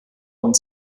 und